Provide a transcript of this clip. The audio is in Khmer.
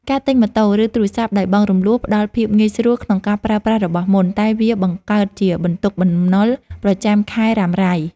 ការទិញម៉ូតូ ឬទូរស័ព្ទដោយបង់រំលស់ផ្ដល់ភាពងាយស្រួលក្នុងការប្រើប្រាស់របស់មុន តែវាបង្កើតជាបន្ទុកបំណុលប្រចាំខែរ៉ាំរ៉ៃ។